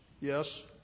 Yes